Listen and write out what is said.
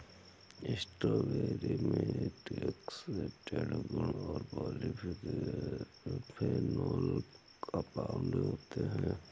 strawberry में antioxidant गुण और पॉलीफेनोल कंपाउंड होते हैं